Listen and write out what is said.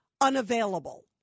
unavailable